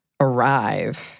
arrive